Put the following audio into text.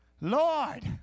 Lord